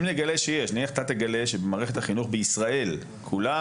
נניח אתה תגלה שבמערכת החינוך בישראל כולה